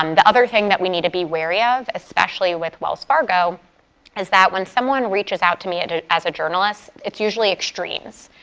um the other thing that we need to be wary of, especially with wells fargo is that when someone reaches out to me and as a journalist, it's usually extremes.